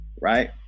Right